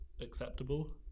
acceptable